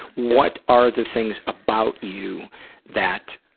what are the things about you that